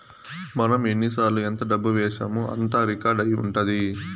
మనం ఎన్నిసార్లు ఎంత డబ్బు వేశామో అంతా రికార్డ్ అయి ఉంటది